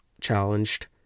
challenged